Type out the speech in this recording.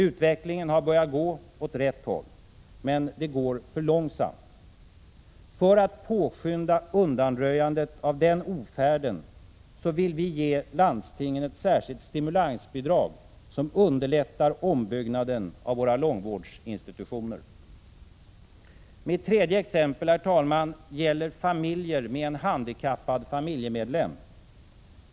Utvecklingen har börjat gå åt rätt håll, men det går för långsamt. För att påskynda undanröjandet av denna ofärd vill vi ge landstingen ett särskilt stimulansbidrag som underlättar ombyggnaden av våra långvårdsinstitutioner. Herr talman! Mitt tredje exempel gäller familjer med en handikappad familjemedlem.